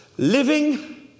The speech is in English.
Living